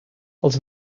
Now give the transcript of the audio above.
els